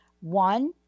One